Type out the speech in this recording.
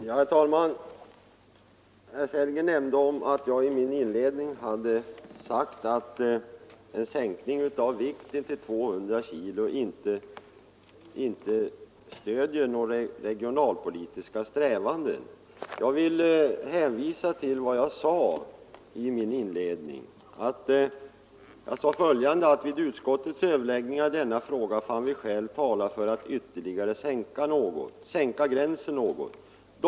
Herr talman! Herr Sellgren nämnde att jag i mitt inledningsanförande hade sagt att en sänkning av vikten till 200 kg inte stöder några regionalpolitiska strävanden. Jag vill hänvisa till vad jag sade, nämligen: Vid utskottets överläggningar i denna fråga fann vi skäl tala för att ytterligare sänka gränsen något.